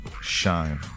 shine